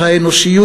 האנושיות,